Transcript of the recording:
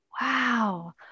Wow